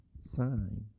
sign